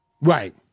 right